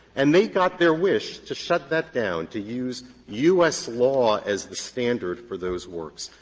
and they got their wish to shut that down, to use u s. law as the standard for those works.